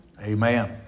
Amen